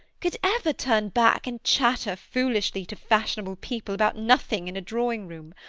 could ever turn back and chatter foolishly to fashionable people about nothing in a drawingroom?